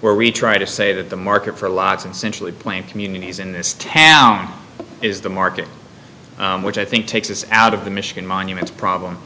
where we try to say that the market for lots and centrally planned communities in this town is the market which i think takes us out of the michigan monument problem